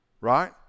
Right